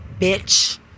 bitch